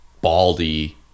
baldy